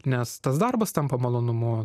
nes tas darbas tampa malonumu